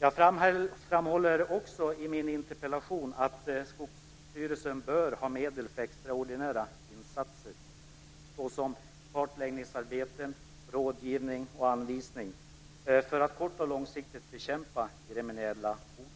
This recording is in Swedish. Jag framhöll också i min interpellation att Skogsstyrelsen bör ha medel för extraordinära insatser som kartläggningsarbete, rådgivning och anvisning för att på kort och lång sikt bekämpa gremmeniellahotet.